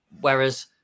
Whereas